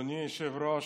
אדוני היושב-ראש,